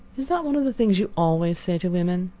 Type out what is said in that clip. is that one of the things you always say to women?